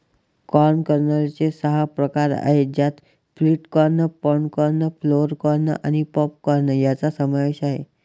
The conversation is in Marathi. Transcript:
कॉर्न कर्नलचे सहा प्रकार आहेत ज्यात flint corn, pod corn, flour corn आणि पॉप कॉर्न यांचा समावेश आहे